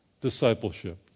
discipleship